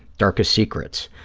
darkest secrets,